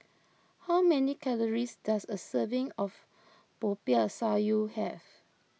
how many calories does a serving of Popiah Sayur have